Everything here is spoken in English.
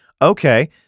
Okay